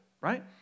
right